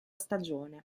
stagione